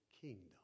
kingdom